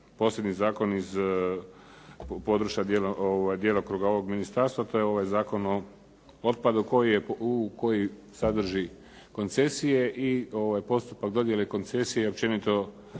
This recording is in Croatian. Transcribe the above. posljednji zakon iz područja djelokruga ovog ministarstva to je ovaj Zakon o otpadu koji sadrži koncesije i postupak dodjele koncesija i općenito